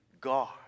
God